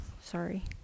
Sorry